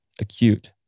acute